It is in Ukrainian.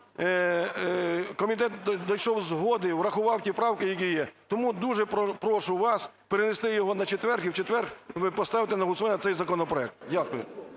комітет дійшов згоди і врахував ті правки, які є. Тому дуже прошу вас перенести його на четвер і в четвер поставити на голосування цей законопроект. Дякую.